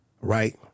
right